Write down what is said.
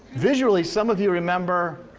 visually some of you remember,